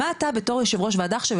מה אתה בתור יושב ראש וועדה עכשיו,